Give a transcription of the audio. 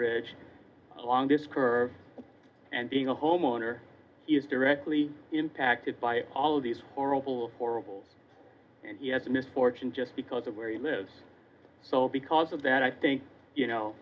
this curve and being a homeowner he's directly impacted by all these horrible horrible and he has the misfortune just because of where he lives so because of that i think you know